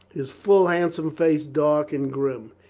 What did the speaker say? his full, handsome face dark and grim.